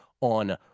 on